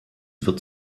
wird